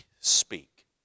speak